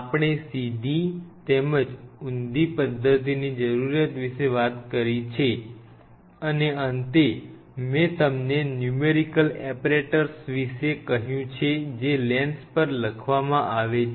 આપ ણે સીધી તેમજ ઉંધી પદ્ધતિની જરૂરિયાત વિશે વાત કરી છે અને અંતે મેં તમને ન્યૂમેરિકલ એપરેટર્સ વિશે કહ્યું છે જે લેન્સ પર લખવામાં આવે છે